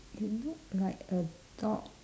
it look like a dog